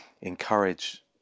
encourage